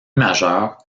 majeur